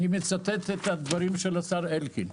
ציטוט מדברי השר אלקין: